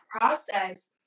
process